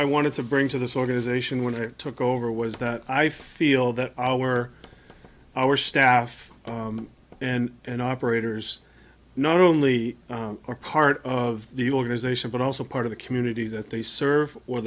i wanted to bring to this organization when i took over was that i feel that our our staff and operators not only are part of the organization but also part of the community that they serve or